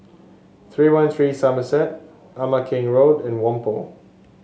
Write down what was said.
Three One Three Somerset Ama Keng Road and Whampoa